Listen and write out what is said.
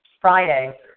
Friday